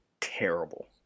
terrible